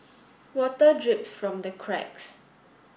water drips from the cracks